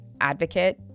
advocate